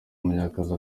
munyakazi